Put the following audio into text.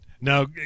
Now